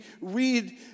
read